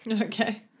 Okay